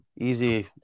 easy